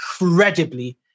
incredibly